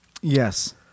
Yes